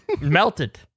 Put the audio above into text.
melted